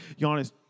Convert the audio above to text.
Giannis